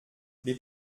les